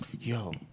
Yo